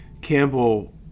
Campbell